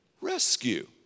rescue